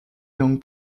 long